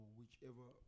whichever